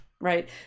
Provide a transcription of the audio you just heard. Right